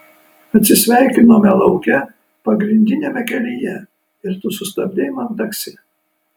atsisveikinome lauke pagrindiniame kelyje ir tu sustabdei man taksi